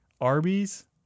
Arby's